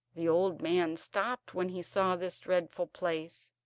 the old man stopped when he saw this dreadful place,